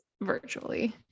virtually